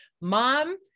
mom